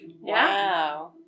Wow